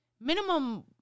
minimum